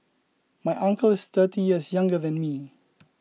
my uncle is thirty years younger than me